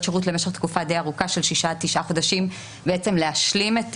שירות למשך תקופה די ארוכה של שישה עד תשעה חודשים להשלים את